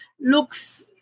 looks